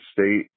state